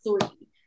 three